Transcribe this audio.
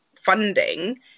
funding